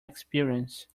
experience